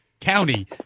County